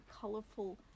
colorful